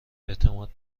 اعتماد